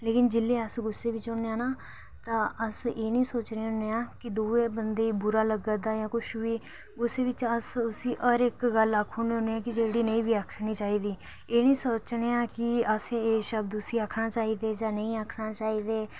लेकिन जिल्ले अस्स गुस्से बिच्च हुन्ने आं ना ता अस एह् नी सोचने हुन्ने आं दुए बंदे गी बुरा लग्गा दा जां कुछ बी गुस्से बिच्च अस्स उसी हर एक्क गल्ल आक्खू उड़ने हुन्ने की जेह्ड़ी नेई बी आखनी चाहिदी एह् नी सोचने आं कि असें एह् शब्द उसी आखना चाहिदे जां नेई आखना चाहिदे